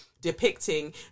depicting